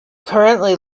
currently